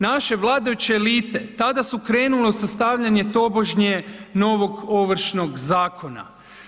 Naše vladajuće elite tada su krenule u sastavljanje tobožnje novog Ovršnog zakona.